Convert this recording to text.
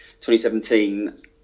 2017